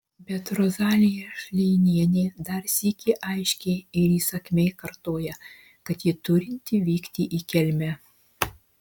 bet rozalija šleinienė dar sykį aiškiai ir įsakmiai kartoja kad ji turinti vykti į kelmę